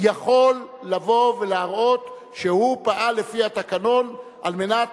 יכול לבוא ולהראות שהוא פעל לפי התקנון על מנת